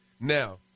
Now